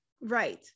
Right